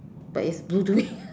but it's blue to me